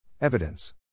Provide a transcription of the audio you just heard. Evidence